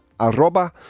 arroba